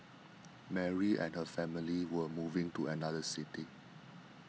Mary and her family were moving to another city